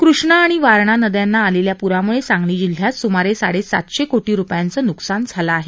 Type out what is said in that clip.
कृष्णा आणि वारणा नद्यांना आलेल्या प्राम्ळे सांगली जिल्ह्यात सुमारे साडेसातशे कोटी रुपयांचं न्कसान झालं आहे